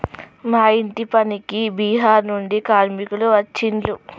మా ఇంటి పనికి బీహార్ నుండి కార్మికులు వచ్చిన్లు